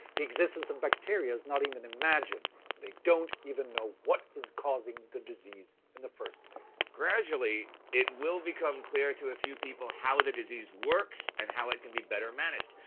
the existence of bacteria is not even imagined, and they don't even know what is causing the disease in the first place. gradually it will become clear to a few people how the disease works and how it can be better managed.